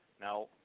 Now